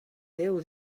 deu